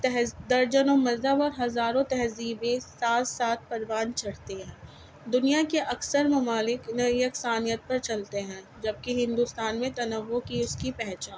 تہ درجنوں مذہب اور ہزاروں تہذیبیں ساتھ ساتھ پروان چڑھتے ہیں دنیا کے اکثر ممالک نو یکسانیت پر چلتے ہیں جبکہ ہندوستان میں تنوع ہی اس کی پہچان